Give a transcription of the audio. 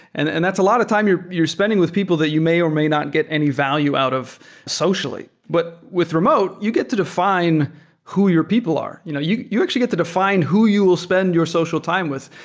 and and that's a lot of time you're spending with people that you may or may not get any value out of socially. but with remote, you get to define who your people are. you know you you actually get the define who you will spend your social time with.